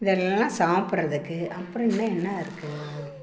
இதெல்லாம் சாப்பிட்றதுக்கு அப்புறம் என்ன இருக்குது